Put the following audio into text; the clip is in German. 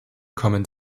kommen